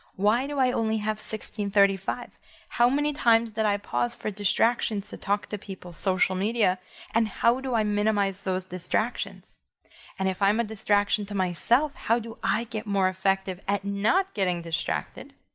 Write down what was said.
why do i only have sixteen thirty five how many times did i pause for distractions to talk to people, social media and how do i minimize those distractions and if i'm a distraction to myself, how do i get more effective at not getting distracted?